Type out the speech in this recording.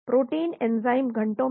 protein enzyme घंटों में